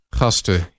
gasten